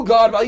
God